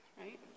Right